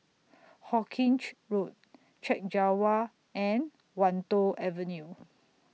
Hawkinge Road Chek Jawa and Wan Tho Avenue